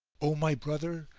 o my brother,